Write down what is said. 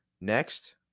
Next